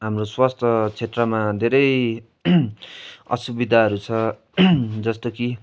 हाम्रो स्वस्थ क्षेत्रमा धेरै असुविधाहरू छ जस्तो कि